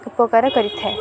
ଉପକାର କରିଥାଏ